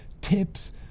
tips